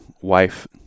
wife